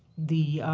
the